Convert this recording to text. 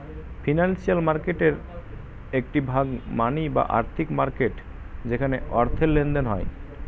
financial মার্কেটের একটি ভাগ মানি বা আর্থিক মার্কেট যেখানে অর্থের লেনদেন হয়